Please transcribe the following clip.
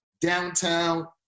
downtown